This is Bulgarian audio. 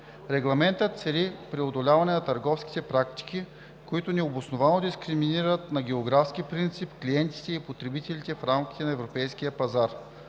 Регламентът цели преодоляване на търговски практики, които необосновано дискриминират на географски принцип клиентите и потребителите в рамките на европейския пазар.